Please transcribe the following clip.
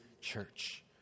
church